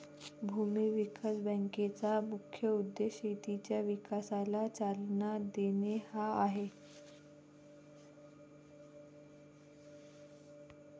भूमी विकास बँकेचा मुख्य उद्देश शेतीच्या विकासाला चालना देणे हा आहे